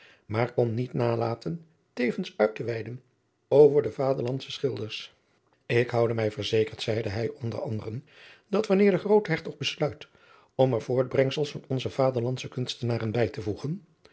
maar kon niet nalaten tevens uit te weiden over de vaderlandsche schilders ik houde mij verzekerd zeide hij onder anderen dat wanneer de groothertog besluit om er voortbrengsels van onze vaderlandsche kunstenaren bij te voegen